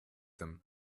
them